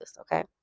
Okay